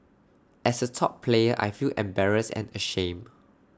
as A top player I feel embarrassed and ashamed